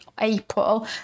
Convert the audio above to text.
april